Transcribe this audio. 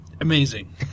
amazing